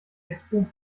expo